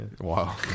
Wow